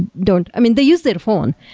don't i mean, they use their phone,